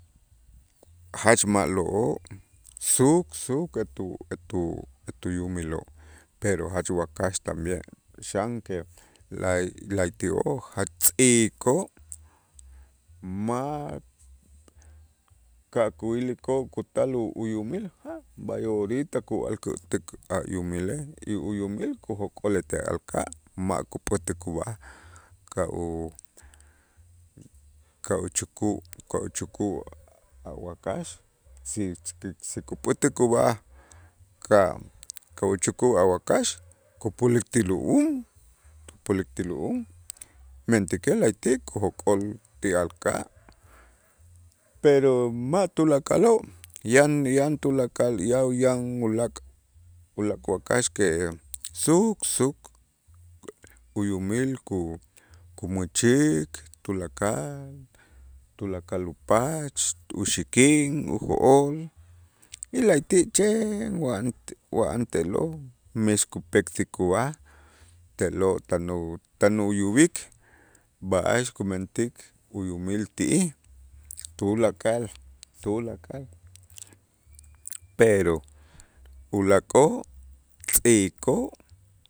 Jach ma'lo'oo' suk suk etu etu etu yumiloo' pero jach wakax también xan que lay- laayti'oo' jach tz'iikoo' ma' ka' kuyilikoo' kutal u- uyumil b'ay orita ku al ku tuk a' yumilej y uyumil kujok'ol ete alka' ma' kup'ätä' kub'aj ka' u- ka' uchuku' ka' uchuku' a' wakax ti si kup'ätä' kub'aj ka' ka' uchuku' a wakax kupulik lu'um, kupulik ti lu'um, mentäkej la'ayti' kujok'ol ti alka', pero ma' tulakaloo' yan yan tulakal ya- yan ulaak' ulaak'oo' wakax que suk suk uyumil ku- kumächik tulakal, tulakal upach, uxikin, ujo'ol y la'ayti' chen wa'an wa'an te'lo' mes kupeksik kub'aj te'lo' tan u- tan uyub'ik b'a'ax kumentik uyumil ti'ij tulakal tulakal pero ulaak'oo' tz'iikoo'.